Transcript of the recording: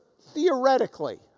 theoretically